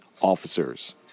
officers